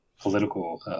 political